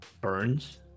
burns